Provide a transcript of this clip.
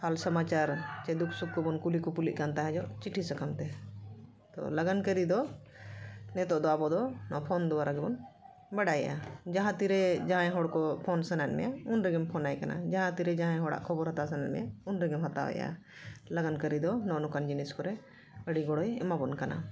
ᱦᱟᱞ ᱥᱚᱢᱟᱪᱟᱨ ᱥᱮ ᱫᱩᱠ ᱥᱩᱠ ᱠᱚᱵᱚᱱ ᱠᱩᱞᱤ ᱠᱩᱯᱩᱞᱤᱜ ᱠᱟᱱ ᱛᱟᱦᱮᱸ ᱡᱚᱜ ᱪᱤᱴᱷᱤ ᱥᱟᱠᱟᱢᱛᱮ ᱛᱚ ᱞᱟᱜᱟᱱ ᱠᱟᱹᱨᱤ ᱫᱚ ᱱᱤᱛᱳᱜ ᱫᱚ ᱟᱵᱚᱫᱚ ᱱᱚᱣᱟ ᱯᱷᱳᱱ ᱫᱚᱣᱟᱨᱟ ᱜᱮᱵᱚᱱ ᱵᱟᱰᱟᱭᱮᱜᱼᱟ ᱡᱟᱦᱟᱸ ᱛᱤᱨᱮ ᱡᱟᱦᱟᱸᱭ ᱦᱚᱲᱠᱚ ᱯᱷᱳᱱ ᱥᱟᱱᱟᱭᱮᱫ ᱢᱮᱭᱟ ᱩᱱ ᱨᱮᱜᱮᱢ ᱯᱷᱳᱱᱟᱭ ᱠᱟᱱᱟ ᱡᱟᱦᱟᱸ ᱛᱤᱨᱮ ᱡᱟᱦᱟᱸᱭ ᱦᱚᱲᱟᱜ ᱠᱷᱚᱵᱚᱨ ᱦᱟᱛᱟᱣ ᱥᱟᱱᱟᱭᱮᱫ ᱢᱮᱭᱟ ᱩᱱ ᱨᱮᱜᱮᱢ ᱦᱟᱛᱟᱣᱮᱜᱼᱟ ᱞᱟᱜᱟᱱ ᱠᱟᱹᱨᱤ ᱫᱚ ᱱᱚᱜᱼᱚ ᱱᱚᱝᱠᱟᱱ ᱡᱤᱱᱤᱥ ᱠᱚᱨᱮ ᱟᱹᱰᱤ ᱜᱚᱲᱚᱭ ᱮᱢᱟᱵᱚᱱ ᱠᱟᱱᱟ